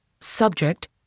Subject